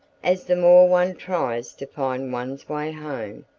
as the more one tries to find one's way home,